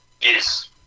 Yes